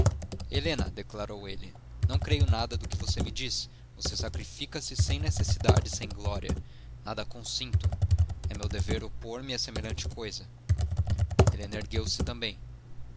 helena declarou ele não creio nada do que você me diz você sacrifica se sem necessidade e sem glória não consinto é meu dever opor me a semelhante coisa helena ergueu-se também